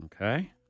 Okay